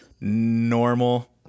Normal